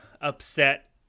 upset